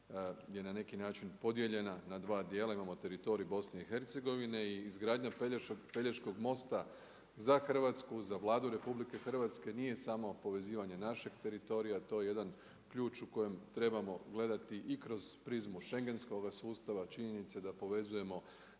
je na neki način podijeljena na dva dijela, imamo teritorij BiH. I izgradnja Pelješkog novca za Hrvatsku za Vladu RH nije samo povezivanje našeg teritorija, to je jedan ključ u kojem trebamo gledati i kroz prizmu schengenskoga sustava činjenicu da povezujemo